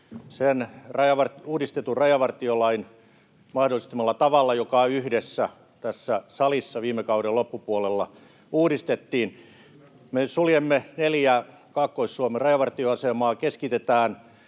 uudistetun rajavartiolain mahdollistamalla tavalla, joka yhdessä tässä salissa viime kauden loppupuolella uudistettiin. [Vasemmalta: Kyllä!] Me suljemme neljä Kaakkois-Suomen rajavartioasemaa, keskitetään